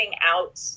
out